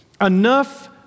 Enough